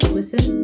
Listen